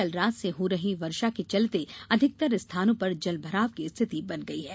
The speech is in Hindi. कल रात से हो रही वर्षा के चलते अधिकतर स्थानों पर जलभराव की स्थिति बन गयी है